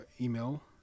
email